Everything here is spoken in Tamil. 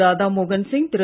ராதாமோகன் சிங் திரு